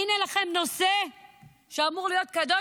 הינה לכם נושא שאמור להיות קדוש